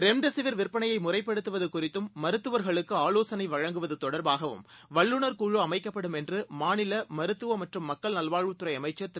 remdesivir விற்பனையைமுறைப்படுத்துவதுகுறித்தும் மருத்துவர்களுக்குஆவோசனைவழங்குவதுதொடர்பாகவும் வல்லுநர் அமைக்கப்படும் குழு என்றுமாநிலமருத்துவமற்றும் மக்கள் நல்வாழ்வுத்துறைஅமைச்சர் திரு